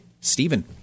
Stephen